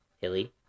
Hilly